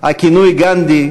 הכינוי "גנדי"